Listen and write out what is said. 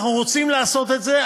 אנחנו רוצים לעשות את זה,